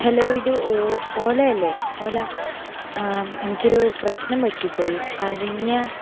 hello ഇത് ഓലയല്ലേ ഓല എനിക്കൊരു പ്രശ്നം പറ്റിപ്പോയി കഴിഞ്ഞ